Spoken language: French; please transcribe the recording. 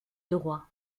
droit